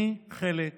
אני חלק